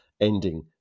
ending